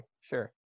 Sure